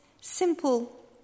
simple